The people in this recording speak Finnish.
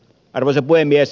arvoisa puhemies